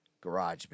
garage